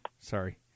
Sorry